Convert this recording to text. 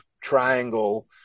triangle